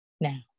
now